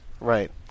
Right